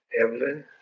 Evelyn